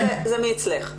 זה מאצלך?